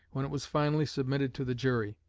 when it was finally submitted to the jury.